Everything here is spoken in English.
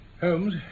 Holmes